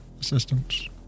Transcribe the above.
assistance